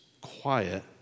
quiet